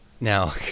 Now